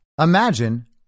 Imagine